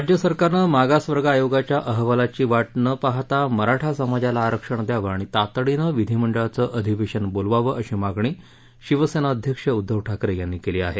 राज्य सरकारनमिगासवर्ग आयोगाच्या अहवालाची वाञनखाहता मराठा समाजाला आरक्षण द्यावञाणि तातडीनखिधिमछ्काचक अधिवेशन बोलवाव अशी मागणी शिवसेना अध्यक्ष उद्धव ठाकरे याती केली आहे